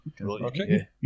Okay